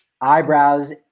eyebrows